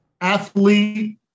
athlete